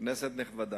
כנסת נכבדה,